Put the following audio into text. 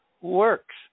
works